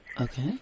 Okay